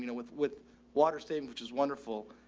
you know with, with water statement, which is wonderful,